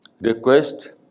request